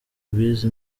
rwize